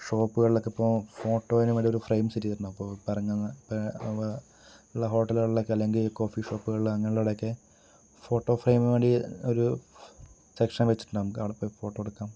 ഷോപ്പുകളിലൊക്കെ ഇപ്പോൾ ഫോട്ടോയിന് വലിയൊരു ഫ്രെയിം സെറ്റ് ചെയ്തിട്ടുണ്ടാവും അപ്പോൾ പറഞ്ഞൊന്ന് ഇപ്പം അപ്പം ഉള്ള ഹോട്ടലുകളിലൊക്കെ അല്ലെങ്കിൽ കോഫി ഷോപ്പുകളില് അങ്ങനൊള്ള അവിടെയൊക്കെ ഫോട്ടോ ഫ്രെയിംന് വേണ്ടി ഒരു സെക്ഷൻ വെച്ചിട്ടുണ്ടാകും നമുക്ക് അവിടെപ്പോയി ഫോട്ടോ എടുക്കാം